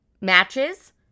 Matches